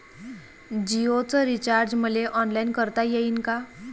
जीओच रिचार्ज मले ऑनलाईन करता येईन का?